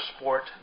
sport